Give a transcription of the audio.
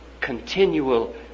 continual